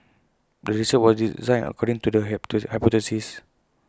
the research was designed according to the hypothesis